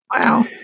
Wow